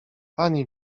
panie